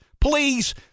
please